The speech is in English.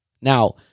Now